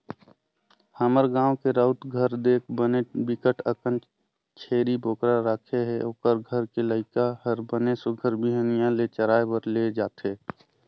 हमर गाँव के राउत घर देख बने बिकट अकन छेरी बोकरा राखे हे, ओखर घर के लइका हर बने सुग्घर बिहनिया ले चराए बर ले जथे